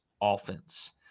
offense